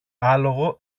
άλογο